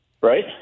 right